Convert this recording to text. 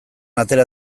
atera